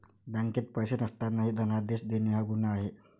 बँकेत पैसे नसतानाही धनादेश देणे हा गुन्हा आहे